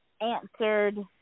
answered